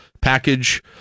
package